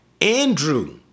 Andrew